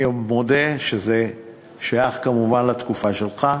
אני מודה שזה שייך כמובן לתקופה שלך,